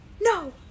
No